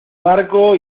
barco